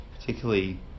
particularly